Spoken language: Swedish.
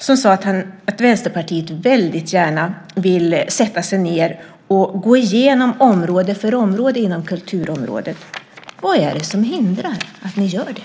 Han sade att Vänsterpartiet väldigt gärna ville sätta sig ned och gå igenom område för område inom kulturområdet. Vad är det som hindrar att ni gör det?